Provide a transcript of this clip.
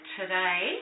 today